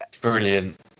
Brilliant